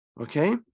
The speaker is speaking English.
Okay